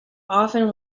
often